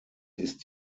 ist